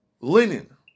linen